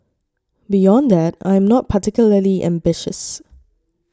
beyond that I am not particularly ambitious